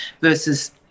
versus